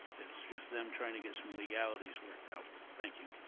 it's just them trying to get some legalities worked out. thank you.